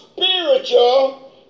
spiritual